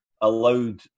allowed